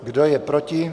Kdo je proti?